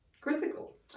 critical